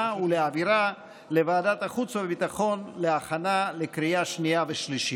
ולהעבירה לוועדת החוץ והביטחון להכנה לקריאה שנייה ושלישית.